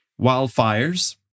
wildfires